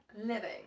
living